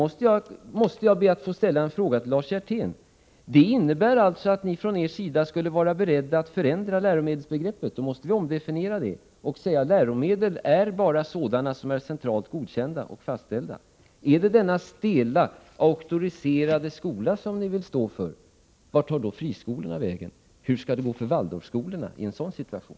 Jag måste då få ställa en fråga till Lars Hjertén: Innebär det att ni från er sida skulle vara beredda att förändra läromedelsbegreppet? I så fall måste vi omdefiniera detta och säga att läromedel enbart är centralt godkänt och fastställt material. Är det en sådan stel och auktoriserad skola som ni vill stå för? Vart tar då friskolorna vägen? Och hur skall det gå för Waldorfskolorna i en sådan situation?